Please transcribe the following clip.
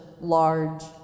large